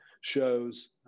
shows